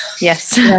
Yes